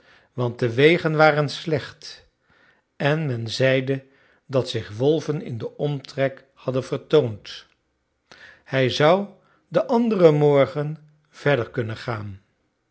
want de wegen waren slecht en men zeide dat zich wolven in den omtrek hadden vertoond hij zou den anderen morgen verder kunnen gaan